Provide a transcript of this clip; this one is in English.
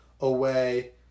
away